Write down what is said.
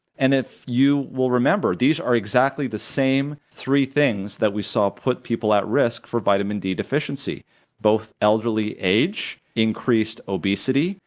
and if you will remember, these are exactly the same three things that we saw put people at risk for vitamin d deficiency both elderly age, increased obesity,